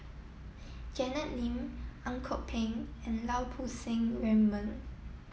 Janet Lim Ang Kok Peng and Lau Poo Seng Raymond